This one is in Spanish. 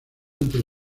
entre